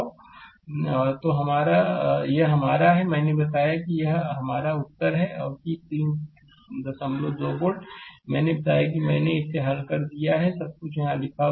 slide समय देखें 1531 तो यह हमारा है मैंने बताया कि यह आर उत्तर है कि 32 वोल्ट मैंने बताया कि मैंने इसे हल कर दिया है सब कुछ यहां लिखा है